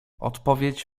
odpowiedź